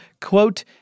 quote